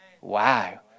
Wow